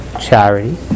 charity